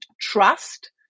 trust